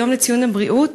יום לציון הבריאות.